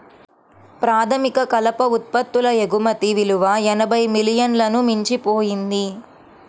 ప్రాథమిక కలప ఉత్పత్తుల ఎగుమతి విలువ ఎనభై మిలియన్లను మించిపోయింది